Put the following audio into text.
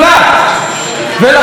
עמיתיי חברי הכנסת,